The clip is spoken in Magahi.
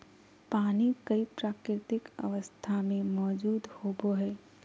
पानी कई प्राकृतिक अवस्था में मौजूद होबो हइ